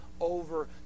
over